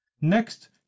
next